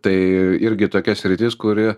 tai irgi tokia sritis kuri